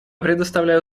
предоставляю